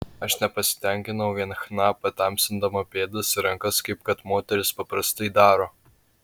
aš nepasitenkinau vien chna patamsindama pėdas ir rankas kaip kad moterys paprastai daro